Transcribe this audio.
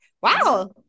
wow